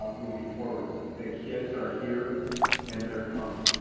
moving forward, the kids are here and they're coming.